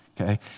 okay